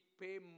pay